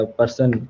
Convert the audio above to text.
person